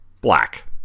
Black